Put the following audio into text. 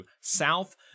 South